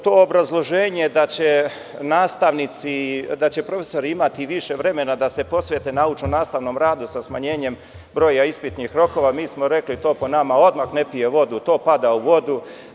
To obrazloženje da će nastavnici imati više vremena da se posvete naučnom radu sa smanjenjem broja ispitnih rokova, rekli smo da to po nama odmah ne pije vodu, to pada u vodu.